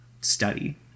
study